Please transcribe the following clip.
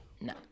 No